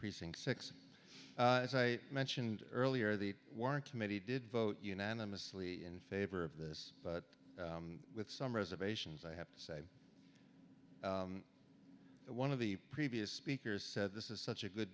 precinct six as i mentioned earlier the warrant committee did vote unanimously in favor of this but with some reservations i have to say one of the previous speakers said this is such a good